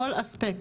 כל אספקט,